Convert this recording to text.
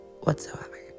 whatsoever